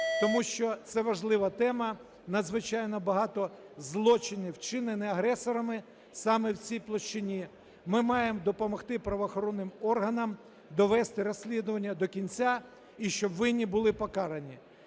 тому що це важлива тема, надзвичайно багато злочинів, вчинених агресорами саме в цій площині. Ми маємо допомогти правоохоронним органам довести розслідування до кінця і щоб винні були покарані.